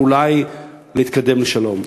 ואולי להתקדם לשלום.